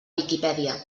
viquipèdia